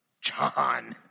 John